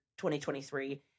2023